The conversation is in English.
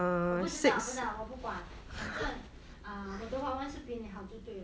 我不知道不知道我不管反正我的华文是比你好就对了